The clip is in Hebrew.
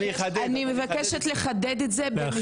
אני מבקשת לחדד את זה.